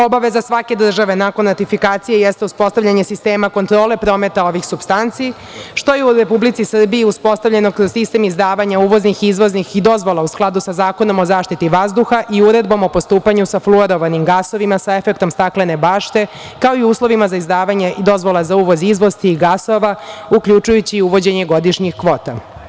Obaveza svake države nakon ratifikacije jeste uspostavljanje sistema kontrole prometa ovih supstanci, što je u Republici Srbiji uspostavljeno kroz sistem izdavanja uvoznih, izvoznih i dozvola u skladu sa Zakonom o zaštiti vazduha i Uredbom o postupanju sa fluorovanim gasovima sa efektom staklene bašte, kao i uslovima za izdavanje i dozvola za uvoz-izvoz tih gasova, uključujući i uvođenje godišnjih kvota.